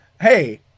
Hey